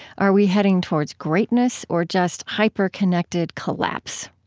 are we heading towards greatness, or just hyperconnected collapse?